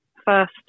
first